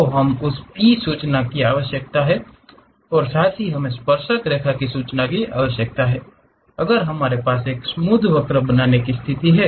तो हमें उस P सूचना की आवश्यकता है और साथ ही हमें स्पर्शक रेखा सूचना की आवश्यकता है अगर हमारे पास एक स्मूध वक्र बनाने की स्थिति में है